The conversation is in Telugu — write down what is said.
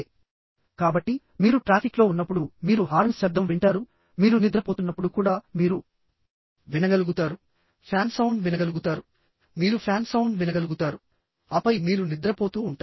కాబట్టి మీరు ట్రాఫిక్లో ఉన్నప్పుడు మీరు హార్న్ శబ్దం వింటారు మీరు నిద్రపోతున్నప్పుడు కూడా మీరు వినగలుగుతారు ఫ్యాన్ సౌండ్ వినగలుగుతారు మీరు ఫ్యాన్ సౌండ్ వినగలుగుతారు ఆపై మీరు నిద్రపోతూ ఉంటారు